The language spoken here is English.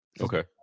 Okay